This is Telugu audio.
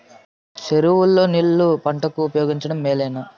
చెరువు లో నీళ్లు పంటలకు ఉపయోగించడం మేలేనా?